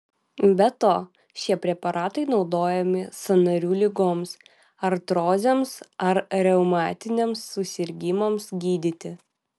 be to šie preparatai naudojami sąnarių ligoms artrozėms ar reumatiniams susirgimams gydyti